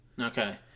okay